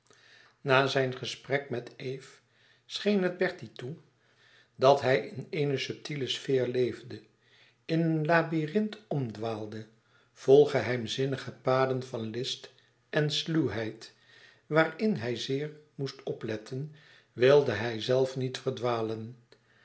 na zijn gesprek met eve scheen het bertie toe dat hij in eene subtiele sfeer leefde in een labyrinth omdwaalde vol geheimzinnige paden van list en sluwheid waarin hij zeer moest opletten wilde hijzelf niet verdwalen